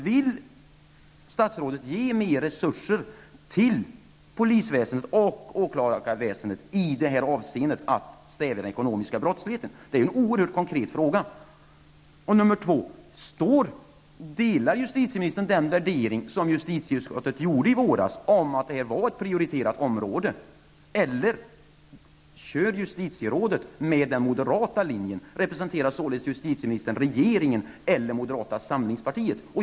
Vill statsrådet ge mer resurser till polisväsendet och åklagarväsendet för att stävja den ekonomiska brottsligheten? Det är en oerhört konkret fråga. Delar justitieministern justitieutskottets värdering från i våras om att detta är ett prioriterat område, eller intar justitierådet den moderata linjen? Representerar således justitieministern regeringen eller moderata samlingspartiet?